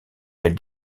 elle